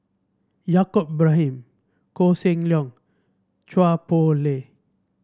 Yaacob Ibrahim Koh Seng Leong Chua Poh Leng